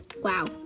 Wow